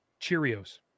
cheerios